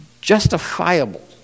justifiable